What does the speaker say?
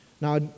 Now